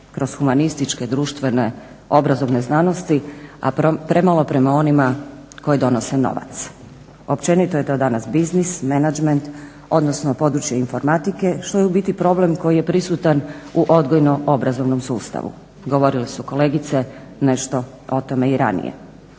kroz humanističke, društvene, obrazovne znanosti, a premalo prema onima koje donose novac. Općenito je to danas biznis, menadžment, odnosno područje informatike što je u biti problem koji je prisutan u odgojno-obrazovnom sustavu. Govorile su kolegice nešto o tome i ranije.